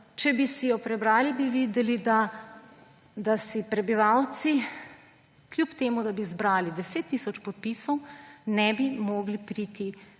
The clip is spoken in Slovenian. Če bi si jo prebrali, bi videli, da prebivalci kljub temu, da bi zbrali 10 tisoč podpisov, ne bi mogli priti